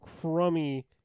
crummy